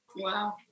Wow